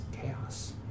chaos